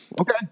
Okay